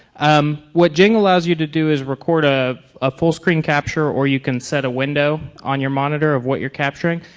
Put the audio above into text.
um what jing allows you to do is record ah a full screen capture or you can set a window on your monitor of what you're capturing.